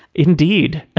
indeed,